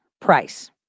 price